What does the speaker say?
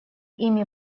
ими